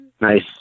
Nice